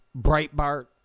Breitbart